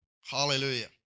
Hallelujah